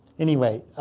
anyway,